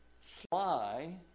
sly